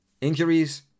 injuries